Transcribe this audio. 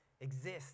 exist